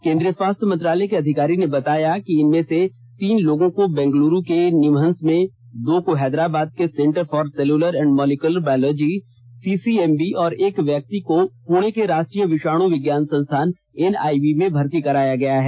केंद्रीय स्वास्थ्य मंत्रालय के अधिकारी ने बताया कि इनमें से तीन लोगों को बेंगलुरु के निमहंस में दो को हैदराबाद के centre for cellular and molecular biology CCMB और एक व्यक्ति को पुणे के राष्ट्रीय विषाणु विज्ञान संस्थान एनआईवी में भर्ती कराया गया है